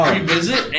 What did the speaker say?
Pre-visit